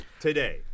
today